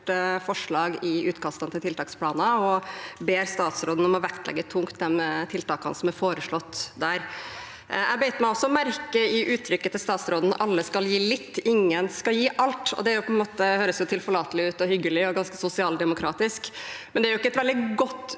forslag i utkastene til tiltaksplaner, og ber statsråden om å vektlegge tungt de tiltakene som er foreslått der. Jeg bet meg merke i uttrykket til statsråden – at alle skal gi litt, ingen skal gi alt. Det høres jo tilforlatelig ut og hyggelig og ganske sosialdemokratisk, men det er ikke et veldig godt